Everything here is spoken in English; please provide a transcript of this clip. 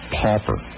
pauper